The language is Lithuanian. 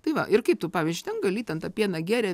tai va ir kaip tu pavyzdžiui ten gali ten tą pieną gėrėt